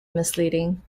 misleading